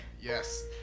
Yes